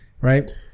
Right